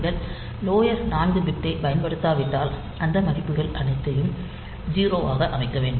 நீங்கள் லோயர் 4 பிட்களை பயன்படுத்தாவிட்டால் அந்த மதிப்புகளை அனைத்தும் 0 ஆக அமைக்க வேண்டும்